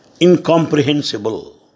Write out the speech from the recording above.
incomprehensible